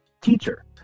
teacher